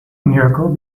miracle